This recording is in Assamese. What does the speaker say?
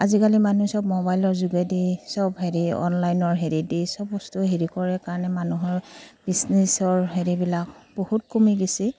আজিকালি মানুহ চব ম'বাইলৰ যোগেদি চব হেৰি অনলাইনৰ হেৰি দি চব বস্তুৱে হেৰি কৰে কাৰণে মানুহৰ বিজনেছৰ হেৰিবিলাক বহুত কমি গৈছে